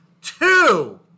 Two